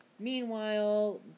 Meanwhile